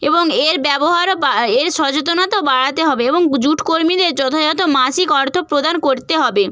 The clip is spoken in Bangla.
এবং এর ব্যবহারও বা এর সচেতনতা বাড়াতে হবে এবং জুট কর্মীদের যথাযথ মাসিক অর্থ প্রদান করতে হবে